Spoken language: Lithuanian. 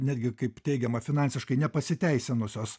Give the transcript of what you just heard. netgi kaip teigiama finansiškai nepasiteisinusios